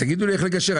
תגידו לי איך לגשר.